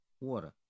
water